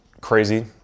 crazy